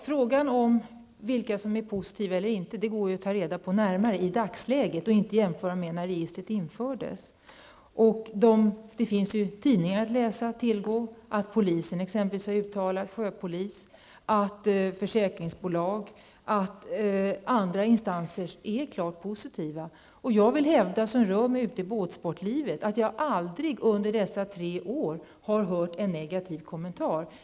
Fru talman! Vilka som är positiva eller inte i dagsläget går att ta reda på utan att man jämför med när registret infördes. Det finns tidningar att tillgå. Sjöpolisen har uttalat sig exempelvis. Även försäkringsbolag och andra instanser är positiva. Jag rör mig mycket ute i båtsportlivet, och jag vill hävda att jag aldrig under dessa tre år har hört en negativ kommentar.